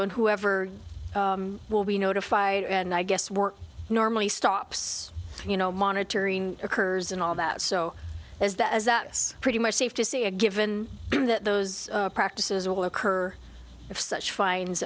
and whoever will be notified and i guess work normally stops you know monitoring occurs and all that so is that as that is pretty much safe to say a given that those practices will occur if such fines